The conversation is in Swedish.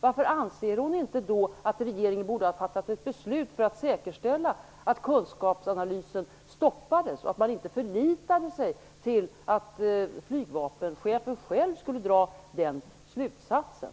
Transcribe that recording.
Varför anser hon inte då att regeringen borde ha fattat ett beslut för att säkerställa att kunskapsanalysen stoppades och inte förlitat sig på att flygvapenchefen själv skulle dra den slutsatsen?